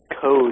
code